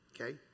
Okay